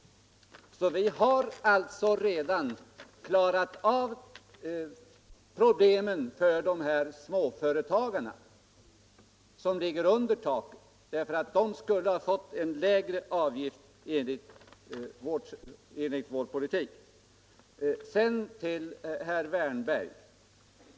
Vi har alltså redan klarat av problemen för de små företagare som ligger under taket, eftersom de skulle ha fått lägre avgifter med vår politik. Sedan till herr Wärnberg!